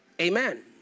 Amen